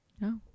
No